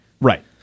Right